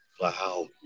Wow